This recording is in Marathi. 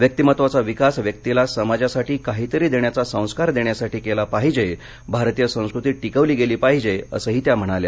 व्यक्तिमत्वाचा विकास व्यक्तीला समाजासाठी काहीतरी देण्याचा संस्कार देण्यासाठी केला पाहिजे भारतीय संस्कृती टिकविली गेली पाहिजे असंही त्या म्हणाल्या